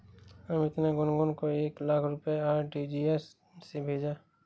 अमित ने गुनगुन को एक लाख रुपए आर.टी.जी.एस से भेजा